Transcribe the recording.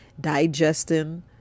digesting